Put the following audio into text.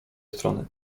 strony